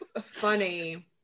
funny